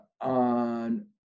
on